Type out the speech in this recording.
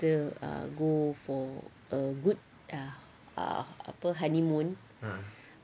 the ah go for a good ah apa honeymoon